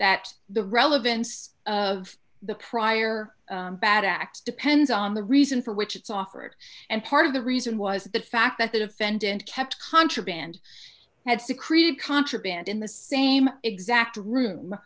that the relevance of the prior bad acts depends on the reason for which it's offered and part of the reason was the fact that the defendant kept contraband had secreted contraband in the same exact room